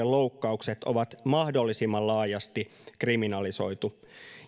loukkaukset on mahdollisimman laajasti kriminalisoitu